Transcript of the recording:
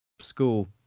school